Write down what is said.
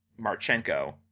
Marchenko